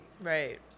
Right